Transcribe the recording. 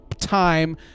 time